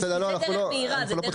זה דרך מהירה, זה דרך